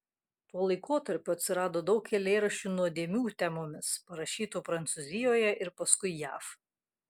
tuo laikotarpiu atsirado daug eilėraščių nuodėmių temomis parašytų prancūzijoje ir paskui jav